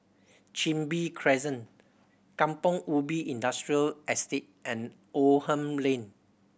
Chin Bee Crescent Kampong Ubi Industrial Estate and Oldham Lane